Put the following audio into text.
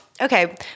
Okay